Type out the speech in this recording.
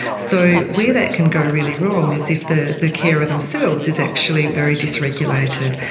so where that can go really wrong is if the the carer themselves is actually very dis-regulated,